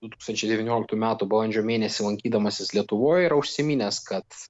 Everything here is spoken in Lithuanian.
du tūkstančiai devynioliktų metų balandžio mėnesį lankydamasis lietuvoj yra užsiminęs kad